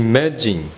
Imagine